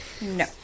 No